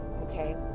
okay